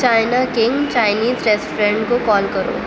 China king Chinese restaurant کو call کرو